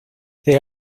they